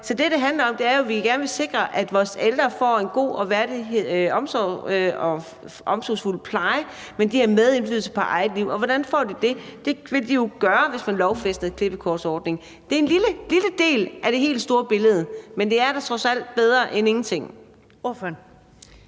Så det, det handler om, er jo, at vi gerne vil sikre, at vores ældre får en god og værdig omsorg og omsorgsfuld pleje, og at de har medindflydelse på eget liv. Og hvordan får de det? Det ville de jo gøre, hvis man lovfæstede klippekortordningen. Det er en lille del af det helt store billede, men det er da trods alt bedre end ingenting. Kl.